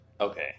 Okay